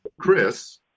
Chris